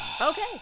Okay